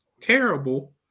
terrible